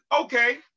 Okay